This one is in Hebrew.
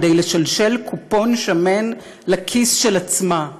כדי לשלשל קופון שמן לכיס של עצמה.